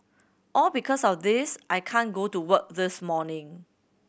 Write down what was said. all because of this I can't go to work this morning